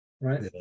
right